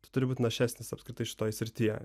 tu turi būt našesnis apskritai šitoj srityje